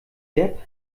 depp